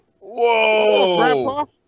Whoa